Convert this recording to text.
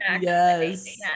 yes